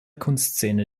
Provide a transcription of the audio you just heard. kunstszene